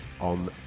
on